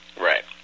Right